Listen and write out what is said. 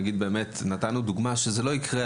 נתנו דוגמה לכך שזה לא יקרה.